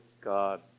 God